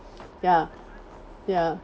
ya ya